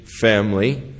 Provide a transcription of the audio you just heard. family